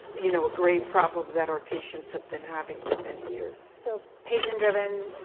you know, a grave problem that our patients have been having for many years. so, patient-driven,